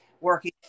working